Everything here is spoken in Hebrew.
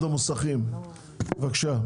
המוסכים, בבקשה.